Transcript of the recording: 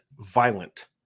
violent